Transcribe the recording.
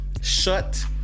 shut